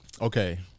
Okay